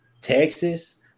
Texas